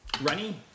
runny